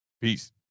Peace